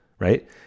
right